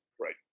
Right